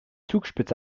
zugspitze